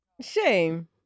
shame